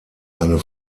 eine